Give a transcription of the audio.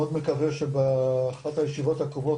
מקווה שבאחת הישיבות הקרובות,